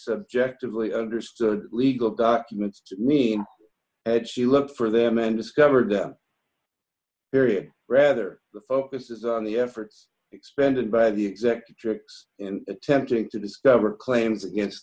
said ject of lee understood legal documents to mean had she looked for them and discovered them period rather the focus is on the efforts expended by the executive acts in attempting to discover claims against